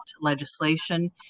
legislation